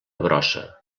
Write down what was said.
brossa